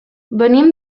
venim